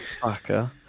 fucker